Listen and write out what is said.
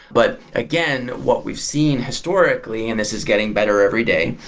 but, again, what we've seen historically, and this is getting better every day,